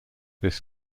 this